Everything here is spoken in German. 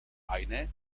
eine